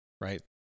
right